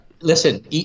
listen